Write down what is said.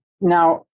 Now